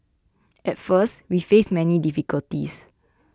at first we faced many difficulties